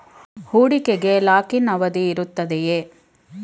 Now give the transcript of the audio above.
ಹೂಡಿಕೆಗೆ lock in ಅವಧಿ ಇರುತ್ತದೆಯೇ?